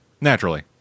naturally